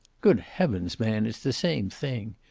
good heavens, man, it's the same thing.